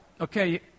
Okay